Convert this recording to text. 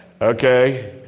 Okay